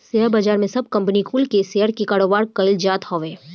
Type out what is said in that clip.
share बाजार में सब कंपनी कुल के शेयर के कारोबार कईल जात हवे